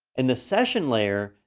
in the session layer,